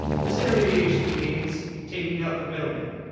this intermediation means taking out the middleman.